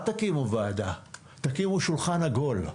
אל תקימו ועדה, תקימו שולחן עגול,